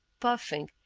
puffing,